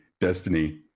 Destiny